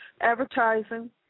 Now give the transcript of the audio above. Advertising